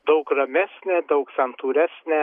daug ramesnė daug santūresnė